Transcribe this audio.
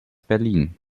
berlin